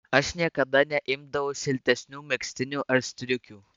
aš niekada neimdavau šiltesnių megztinių ar striukių